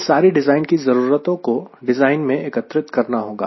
इन सारी डिज़ाइन की ज़रूरतों को डिज़ाइन में एकत्रित करना होगा